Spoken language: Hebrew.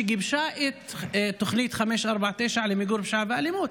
שגיבשה את תוכנית 549 למיגור פשיעה ואלימות.